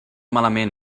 malament